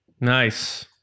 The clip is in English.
Nice